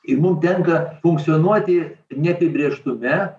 kai mum tenka funkcionuoti neapibrėžtume